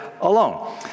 alone